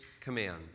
command